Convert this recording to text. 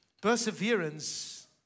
Perseverance